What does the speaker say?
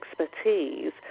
expertise